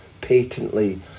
patently